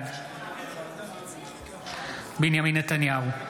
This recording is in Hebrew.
בעד בנימין נתניהו,